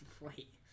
wait